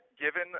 given